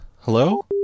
Hello